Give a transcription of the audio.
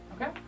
Okay